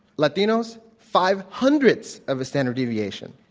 latinos, five hundredths of a standard deviation.